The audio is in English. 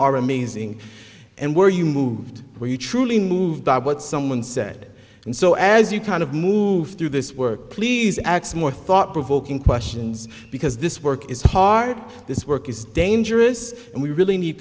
are amazing and where you moved where you truly moved by what someone said and so as you kind of move through this work please x more thought provoking questions because this work is hard this work is dangerous and we really need